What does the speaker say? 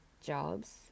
jobs